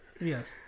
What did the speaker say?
Yes